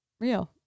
real